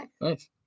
Nice